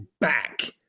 back